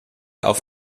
auf